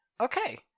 Okay